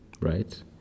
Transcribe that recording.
right